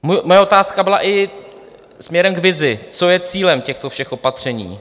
Moje otázka byla i směrem k vizi, co je cílem těchto všech opatření.